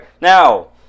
Now